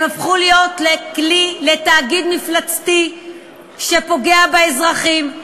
הם הפכו להיות תאגיד מפלצתי שפוגע באזרחים,